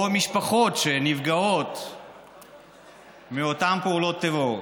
או למשפחות שנפגעות מאותן פעולות טרור.